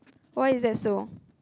why is that so